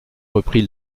reprit